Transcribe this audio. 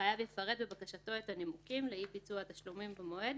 החייב יפרט בבקשתו את הנימוקים לאי-ביצוע התשלומים במועד